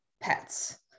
pets